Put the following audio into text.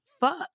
fuck